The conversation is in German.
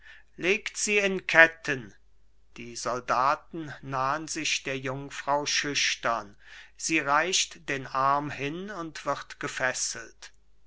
legt sie in ketten die soldaten nahen sich der jungfrau schüchtern sie reicht den arm hin und wird gefesselt